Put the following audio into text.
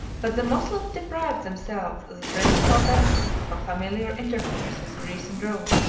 but the moslems deprived themselves of the principal benefits of a familiar intercourse with greece and rome,